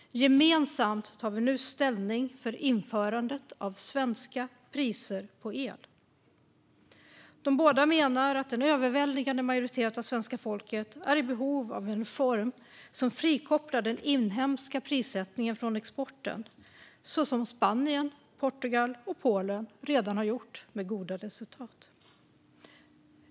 Gemensamt tar vi nu ställning för införande av svenska priser på el." De båda menar att en överväldigande majoritet av svenska folket är i behov av en reform som frikopplar den inhemska prissättningen från exporten, så som Spanien, Portugal och Polen redan har gjort med goda resultat.